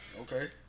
Okay